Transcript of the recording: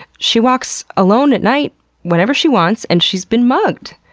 she walks alone at night whenever she wants and she's been mugged,